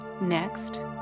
Next